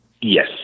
yes